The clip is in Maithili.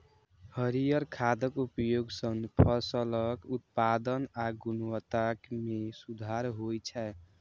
हरियर खादक उपयोग सं फसलक उत्पादन आ गुणवत्ता मे सुधार होइ छै